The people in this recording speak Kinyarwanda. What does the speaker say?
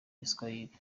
giswahili